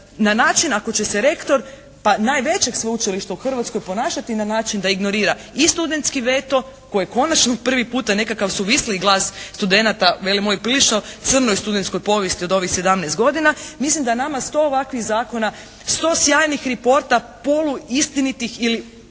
na način ako će se rektor pa najvećeg sveučilišta u Hrvatskoj ponašati na način da ignorira i studentski veto koji je konačno prvi puta nekakav suvisliji glas studenata velim ovoj vrlo crnoj studentskoj povijesti od ovih 17 godina. Mislim da nama sto ovakvih zakona, sto sjajnih reporta polu istinitih ili